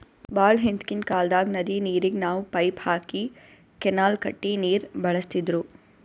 ಭಾಳ್ ಹಿಂದ್ಕಿನ್ ಕಾಲ್ದಾಗ್ ನದಿ ನೀರಿಗ್ ನಾವ್ ಪೈಪ್ ಹಾಕಿ ಕೆನಾಲ್ ಕಟ್ಟಿ ನೀರ್ ಬಳಸ್ತಿದ್ರು